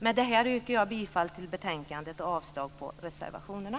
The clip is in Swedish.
Med detta yrkar jag bifall till hemställan i betänkandet och avslag på reservationerna.